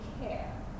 care